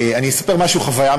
לפנים משורת הדין.